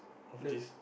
of this